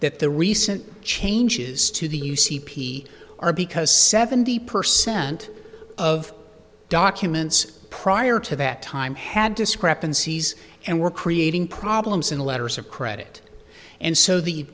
that the recent changes to the u c p r because seventy percent of documents prior to that time had discrepancies and were creating problems in the letters of credit and so the